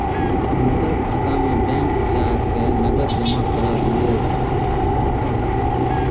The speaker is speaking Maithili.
हुनकर खाता में बैंक जा कय नकद जमा करा दिअ